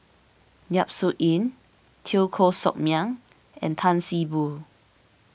Yap Su Yin Teo Koh Sock Miang and Tan See Boo